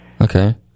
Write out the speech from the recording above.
Okay